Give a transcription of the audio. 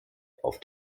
auf